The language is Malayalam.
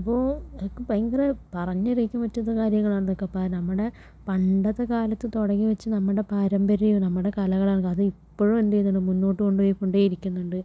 അപ്പോൾ ഒക്കെ ഭയങ്കര പറഞ്ഞറിയിക്കാൻ പറ്റാത്ത കാര്യങ്ങളാണ് ഇതൊക്കെ ഇപ്പോൾ നമ്മുടെ പണ്ടത്തെക്കാലത്ത് തുടങ്ങിവച്ച് നമ്മുടെ പാരമ്പര്യമാണ് നമ്മുടെ കലകളാണ് അത് ഇപ്പോഴും എന്ത് ചെയ്യുന്നുണ്ട് മുന്നോട്ടുകൊണ്ടുപോയി കൊണ്ടേയിരിക്കുണ്ട്